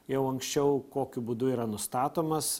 jau anksčiau kokiu būdu yra nustatomas